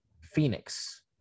Phoenix